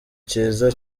kiza